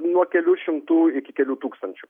nuo kelių šimtų iki kelių tūkstančių